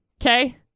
okay